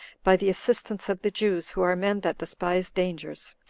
by the assistance of the jews, who are men that despise dangers,